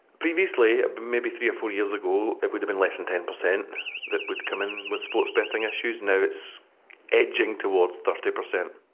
previously, maybe three or four years ago, it would have been less than ten percent that would come in with sports betting issues. now it's edging towards thirty percent.